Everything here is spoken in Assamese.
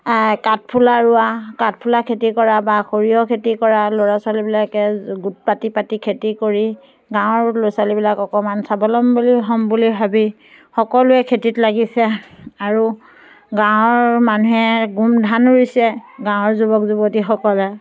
কাঠফুলা ৰোৱা কাঠফুলা খেতি কৰা বা সৰিয়হ খেতি কৰা ল'ৰা ছোৱালীবিলাকে গোট পাতি পাতি খেতি কৰি গাঁৱৰ ল' চালিবিলাক অকণমান স্বাৱলম্বী হ'ম বুলি ভাবি সকলোৱে খেতিত লাগিছে আৰু গাঁৱৰ মানুহে গোমধান ৰুইছে গাঁৱৰ যুৱক যুৱতীসকলে